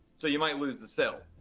so you might lose the sale.